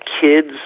kids